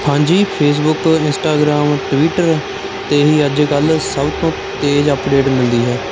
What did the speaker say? ਹਾਂਜੀ Facebook Instagram Twitter 'ਤੇ ਹੀ ਅੱਜ ਕੱਲ੍ਹ ਸਭ ਤੋਂ ਤੇਜ਼ ਅਪਡੇਟ ਮਿਲਦੀ ਹੈ